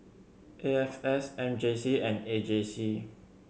A X S M J C and A J C